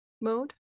mode